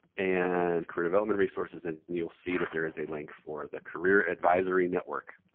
and career development resources. and you'll see that there is a link for the career advisory network.